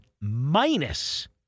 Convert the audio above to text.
minus